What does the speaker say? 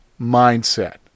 mindset